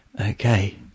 Okay